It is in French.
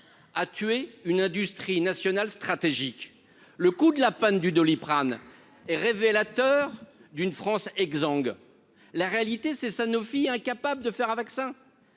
a tué une industrie nationale stratégique, le coup de la panne du Doliprane et révélateur d'une France exsangue, la réalité c'est Sanofi, incapable de faire un vaccin,